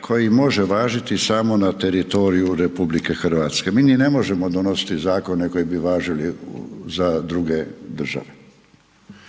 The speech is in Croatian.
koji može važiti samo na teritoriju RH. Mi ni ne možemo donositi zakone, koji bi važili za druge države.